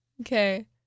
Okay